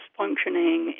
functioning